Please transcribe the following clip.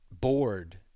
bored